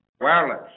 wireless